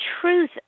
truth